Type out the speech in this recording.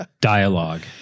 dialogue